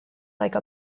like